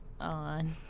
on